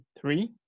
three